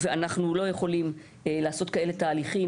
ואנחנו לא יכולים לעשות כאלה תהליכים